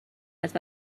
است